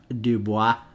dubois